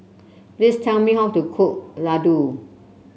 please tell me how to cook Ladoo